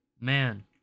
Man